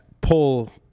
pull